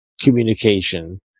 communication